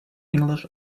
english